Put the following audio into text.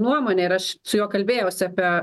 nuomonę ir aš su juo kalbėjausi apie